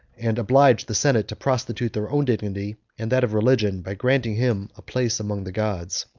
and obliged the senate to prostitute their own dignity and that of religion, by granting him a place among the gods.